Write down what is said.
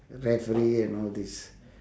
rightfully and all this